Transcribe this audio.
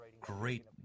great